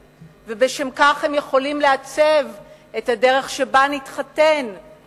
ובשם כך הם יכולים לעצב את הדרך שבה נתחתן ונתגרש,